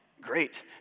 Great